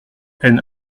haine